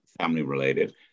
family-related